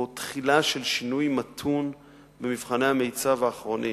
או תחילה של שינוי מתון במבחני המיצ"ב האחרונים.